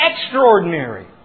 extraordinary